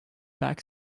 back